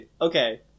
okay